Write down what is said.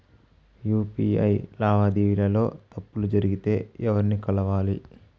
UPI లావాదేవీల లో తప్పులు జరిగితే ఎవర్ని కలవాలి?